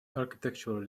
architectural